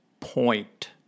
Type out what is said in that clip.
point